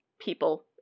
people